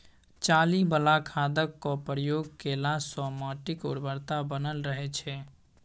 चाली बला खादक प्रयोग केलासँ माटिक उर्वरता बनल रहय छै